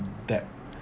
debt